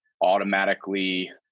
automatically